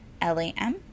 L-A-M